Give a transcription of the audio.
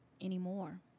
anymore